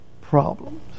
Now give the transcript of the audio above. problems